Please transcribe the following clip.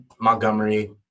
Montgomery